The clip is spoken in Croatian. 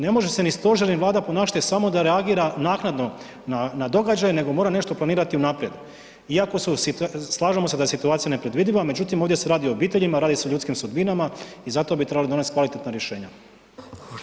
Ne može se ni stožer ni Vlada ponašati samo da reagira naknadno na događaje nego mora nešto planirati unaprijed iako slažem se da je situacija nepredvidiva međutim ovdje se radi o obiteljima, radi se o ljudskim sudbinama i zato bi trebali donest kvalitetna rješenja.